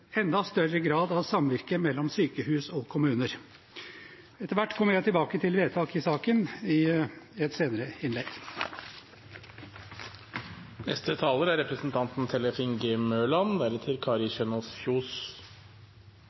enda større grad av samvirke mellom sykehus og kommuner. Etter hvert kommer jeg tilbake til vedtak i saken, i et senere innlegg. Arbeiderpartiet ønsker rusreformen velkommen. Det er